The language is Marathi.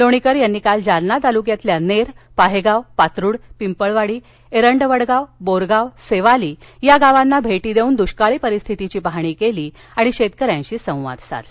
लोणीकर यांनी काल जालना तालुक्यातील नेर पाहेगाव पात्रूड पिंपळवाडी एरंडवडगाव बोरगाव सेवाली या गावांना भेटी देऊन दुष्काळी स्थितीची पाहणी केली आणि शेतकऱ्यांशी संवाद साधला